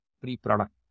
pre-product